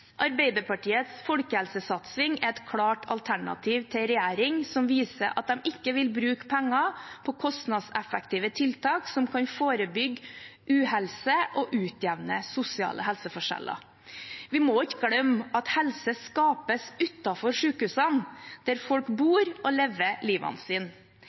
Arbeiderpartiets folkehelsesatsing er et klart alternativ til en regjering som viser at de ikke vil bruke penger på kostnadseffektive tiltak som kan forebygge uhelse og utjevne sosiale helseforskjeller. Vi må ikke glemme at helse skapes utenfor sykehusene der folk bor